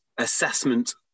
Assessment